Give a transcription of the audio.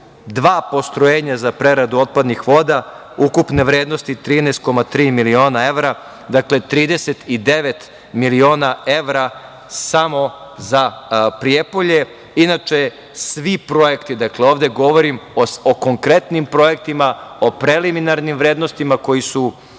dva postrojenja za preradu otpadnih voda, ukupne vrednosti 13,3 miliona evra. Dakle, 39 miliona evra samo za Prijepolje. Inače, svi projekti, dakle ovde govorim o konkretnim projektima, o preliminarnim vrednostima koje su